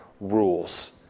rules